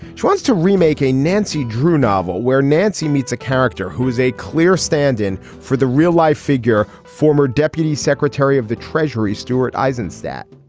she wants to remake a nancy drew novel where nancy meets a character who has a clear stand in for the real life figure former deputy secretary of the treasury stuart eizenstat.